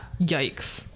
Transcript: yikes